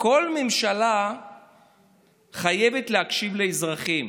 כל ממשלה חייבת להקשיב לאזרחים.